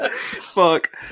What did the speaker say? fuck